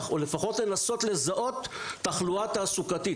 או לפחות לנסות לזהות תחלואה תעסוקתית.